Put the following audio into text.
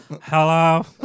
Hello